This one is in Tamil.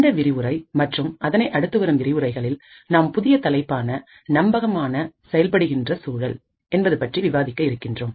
இந்த விரிவுரை மற்றும் அதனை அடுத்து வரும் விரிவுரைகளில் நாம் புதிய தலைப்பான நம்பகமான செயல்படுகின்ற சூழல் என்பது பற்றி விவாதிக்க இருக்கின்றோம்